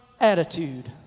attitude